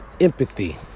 empathy